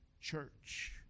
church